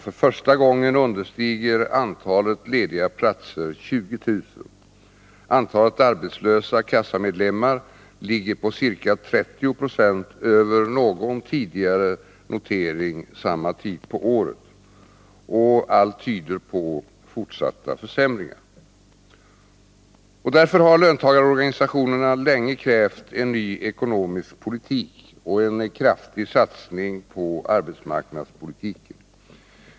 För första gången understiger antalet lediga platser 20 000. Antalet arbetslösa kassamedlemmar ligger ca 30 96 över någon tidigare notering samma tid på året. Och allt tyder på fortsatta försämringar. Därför har löntagarorganisationerna länge krävt en ny ekonomisk politik och en kraftig satsning på arbetsmarknadspolitiken.